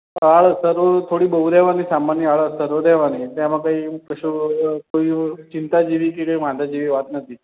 આડઅસરો થોડી બહુ રહેવાની સામાન્ય આડઅસરો રહેવાની એટલે એમાં કંઇ એવું કશું કોઇ એવું ચિંતા જેવી કે કંઇ વાંધા જેવી વાત નથી